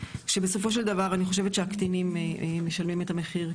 שבסופו של דבר אני חושבת שהקטינים משלמים את המחיר,